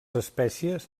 espècies